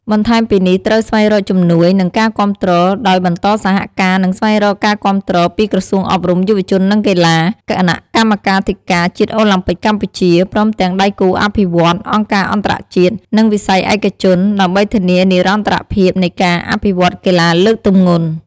បន្ថែមពីនេះត្រូវស្វែងរកជំនួយ និងការគាំទ្រ ដោយបន្តសហការ និងស្វែងរកការគាំទ្រពីក្រសួងអប់រំ យុវជន និងកីឡា គណៈកម្មាធិការជាតិអូឡាំពិកកម្ពុជា ព្រមទាំងដៃគូអភិវឌ្ឍន៍ អង្គការអន្តរជាតិ និងវិស័យឯកជន ដើម្បីធានានិរន្តរភាពនៃការអភិវឌ្ឍន៍កីឡាលើកទម្ងន់។